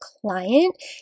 client